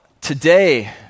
today